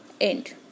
end